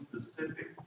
specific